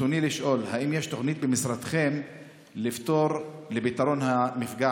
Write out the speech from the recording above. רצוני לשאול: 1. האם יש תוכניות במשרדכם לפתרון המפגע?